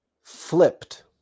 flipped